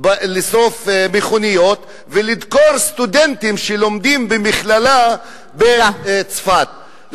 מכוניות ולדקור סטודנטים שלומדים במכללה בצפת.